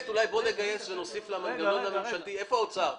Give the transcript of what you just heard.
אולי בואו נגייס ונוסיף למנגנון הממשלתי איפה האוצר?